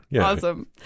Awesome